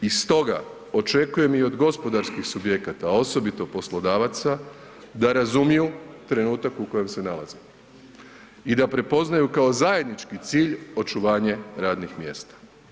I stoga očekujem i od gospodarskih subjekata, a osobito poslodavaca da razumiju trenutak u kojem se nalazimo i da prepoznaju kao zajednički cilj očuvanje radnih mjesta.